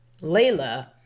Layla